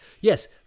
yes